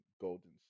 Golden